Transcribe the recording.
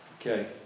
okay